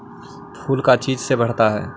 फूल का चीज से बढ़ता है?